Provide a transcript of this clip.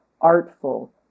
artful